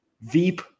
Veep